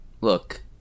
look